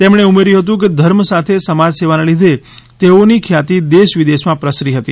તેમણે ઉમેર્થુ હતું કે ધર્મ સાથે સમાજ સેવા ને લીધે તેઓ ની ખ્યાતિ દેશવિદેશ માં પ્રસરી હતી